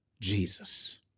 Jesus